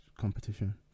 competition